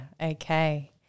Okay